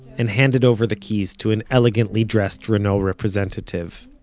and handed over the keys to an elegantly dressed renault representative.